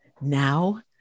now